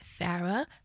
Farah